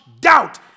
doubt